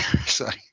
sorry